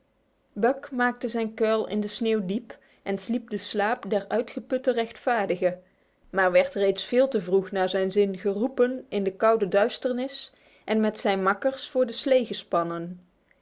buck maakte zijn kuil in de sneeuw en sliep de slaap der uitgeputte rechtvaardigen maar werd reeds veel te vroeg naar zijn zin geroepen in de koude duisternis en met zijn makkers voor de slee gespannen